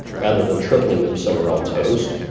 rather than tripling them so we're all toast.